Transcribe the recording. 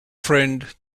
friend